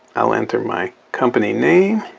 i'll enter my company name